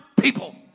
people